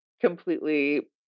completely